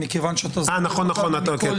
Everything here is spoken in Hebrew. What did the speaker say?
צודק.